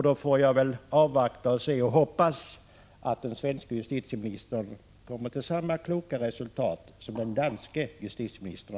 Då får jag avvakta och hoppas att den svenske justitieministern kommer till samma kloka resultat som den danske justitieministern.